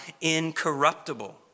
incorruptible